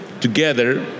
together